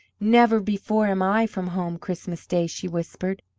never before am i from home christmas day, she whispered.